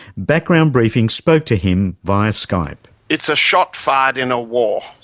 background briefing spoke to him via skype. it's a shot fired in a war.